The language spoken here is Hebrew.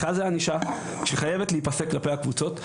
אחד זה ענישה, שחייבת להיפסק כלפי הקבוצות.